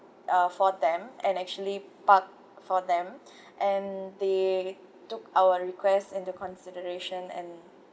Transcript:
uh for them and actually park for them and they took our request into consideration and